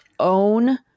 own